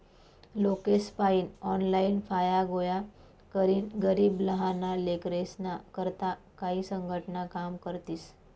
लोकेसपायीन ऑनलाईन फाया गोया करीन गरीब लहाना लेकरेस्ना करता काई संघटना काम करतीस